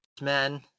men